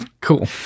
cool